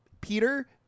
Peter